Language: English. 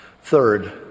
Third